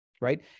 right